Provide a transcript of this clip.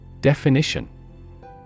Definition